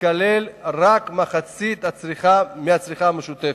תיכלל רק מחצית מהצריכה המשותפת.